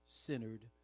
centered